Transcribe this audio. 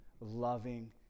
loving